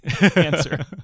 answer